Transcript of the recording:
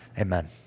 Amen